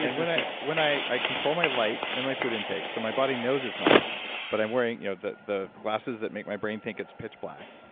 and when i when i control my light and my food intake, so my body knows it's nighttime, but i'm wearing you know the the glasses that make my brain think it's pitch black.